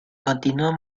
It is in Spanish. continuó